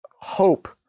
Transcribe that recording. hope